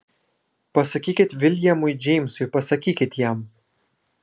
pasakykit viljamui džeimsui pasakykit jam